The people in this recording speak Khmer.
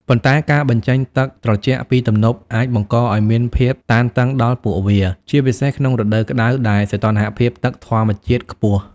ប៉ុន្តែការបញ្ចេញទឹកត្រជាក់ពីទំនប់អាចបង្កឱ្យមានភាពតានតឹងដល់ពួកវា ជាពិសេសក្នុងរដូវក្តៅដែលសីតុណ្ហភាពទឹកធម្មជាតិខ្ពស់។